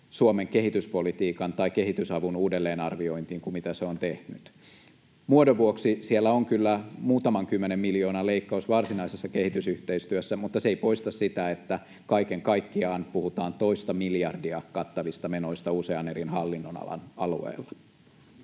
Suomen kehityspolitiikan tai kehitysavun uudelleenarviointiin kuin mitä se on tehnyt. Muodon vuoksi siellä on kyllä muutaman kymmenen miljoonan leikkaus varsinaisessa kehitysyhteistyössä, mutta se ei poista sitä, että kaiken kaikkiaan puhutaan toista miljardia kattavista menoista usean eri hallinnonalan alueella.